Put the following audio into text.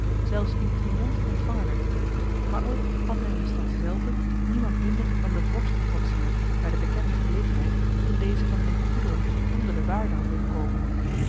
zelfs in triumf ontvangen werd maar ook had hij in de stad zelve niemand minder dan den vorst getrotseerd bij de bekende gelegenheid toen deze van hem goederen onder de waarde had willen koopen